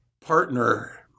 partner